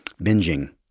binging